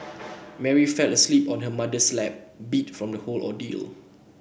Mary fell asleep on her mother's lap beat from the whole ordeal